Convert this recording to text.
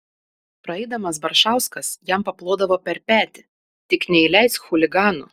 praeidamas baršauskas jam paplodavo per petį tik neįleisk chuliganų